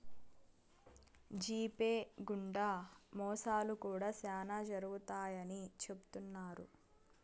GPay గుండా మోసాలు కూడా శ్యానా జరుగుతాయని చెబుతున్నారు